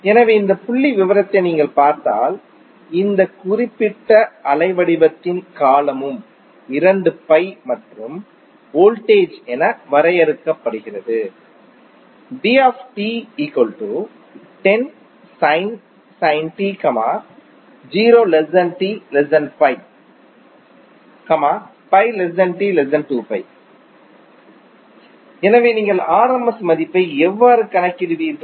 எனவே இந்த புள்ளிவிவரத்தை நீங்கள் பார்த்தால் இந்த குறிப்பிட்ட அலைவடிவத்தின் காலமும் 2π மற்றும் வோல்டேஜ் என வரையறுக்கப்படுகிறது எனவே நீங்கள் rms மதிப்பை எவ்வாறு கணக்கிடுவீர்கள்